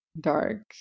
dark